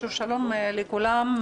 שלום לכולם.